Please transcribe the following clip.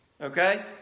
Okay